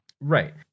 Right